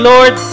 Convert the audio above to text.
Lord